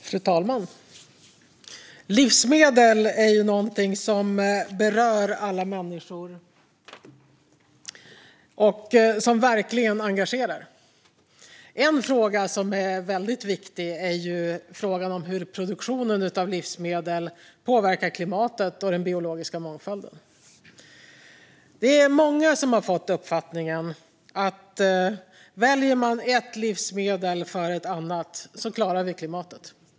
Fru talman! Livsmedel är någonting som berör alla människor och som verkligen engagerar. En fråga som är väldigt viktig är frågan om hur produktionen av livsmedel påverkar klimatet och den biologiska mångfalden. Det är många som har fått uppfattningen att väljer man ett livsmedel före ett annat klarar vi klimatet.